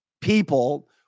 people